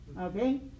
okay